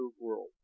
world